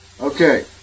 Okay